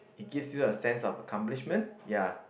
it gives you a sense of accomplishment ya